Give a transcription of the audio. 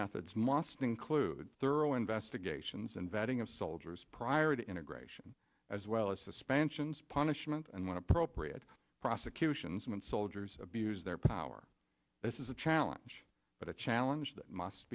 methods must include thorough investigations and vetting of soldiers prior to integration as well as suspensions punishment and when appropriate prosecutions when soldiers abuse their power this is a challenge but a challenge that must